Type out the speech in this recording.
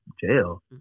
jail